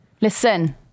listen